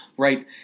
right